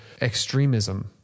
extremism